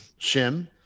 shim